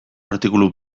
artikulu